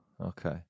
okay